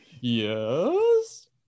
Yes